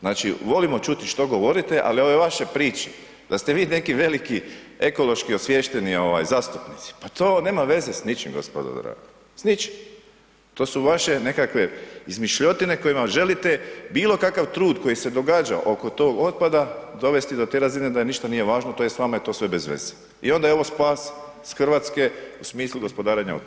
Znači volimo čuti što govorite ali ove vaše priče da ste vi neki veliki ekološki osviješteni zastupnici, pa to nema veze s ničim, gospodo draga, s ničim, to su vaše nekakve izmišljotine kojima želite bilokakav trud koji se događao oko tog otpada, dovesti do te razine da ništa nije važno, tj. vama je to sve bezveze i onda evo spas Hrvatske u smislu gospodarenja otpadom.